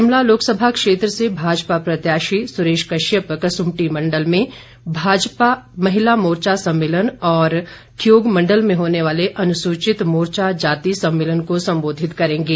शिमला लोकसभा क्षेत्र से भाजपा प्रत्याशी सुरेश कश्यप कसुम्पटी मण्डल में महिला मोर्चा सम्मेलन और ठियोग मण्डल में होने वाले अनुसूचित मोर्चा जाति सम्मेलन को सम्बोधित करेंगे